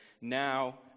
now